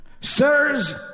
Sirs